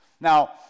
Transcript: Now